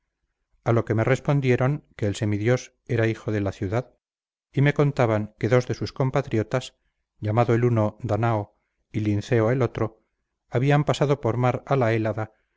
a lo que me respondieron que el semidios era hijo de la ciudad y me contaban que dos de sus compatriotas llamado el uno danao y linceo el otro habían pasado por mar a la hélada